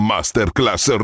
Masterclass